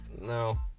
No